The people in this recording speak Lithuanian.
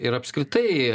ir apskritai